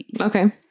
Okay